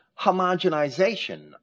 homogenization